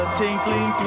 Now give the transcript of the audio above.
tinkling